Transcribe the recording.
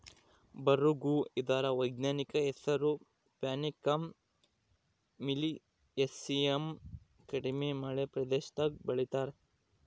ಬರುಗು ಇದರ ವೈಜ್ಞಾನಿಕ ಹೆಸರು ಪ್ಯಾನಿಕಮ್ ಮಿಲಿಯೇಸಿಯಮ್ ಕಡಿಮೆ ಮಳೆ ಪ್ರದೇಶದಾಗೂ ಬೆಳೀತಾರ